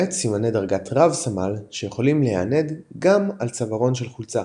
למעט סימני דרגת רב-סמל שיכולים להיענד גם על צווארון של חולצה